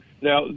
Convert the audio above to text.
Now